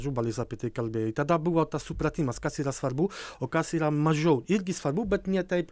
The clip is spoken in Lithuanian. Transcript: ažubalis apie tai kalbėjo i tada buvo tas supratimas kas yra svarbu o kas yra mažiau irgi svarbu bet ne taip